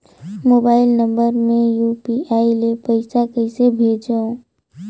Mobile number मे UPI ले पइसा कइसे भेजवं?